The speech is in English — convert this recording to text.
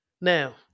Now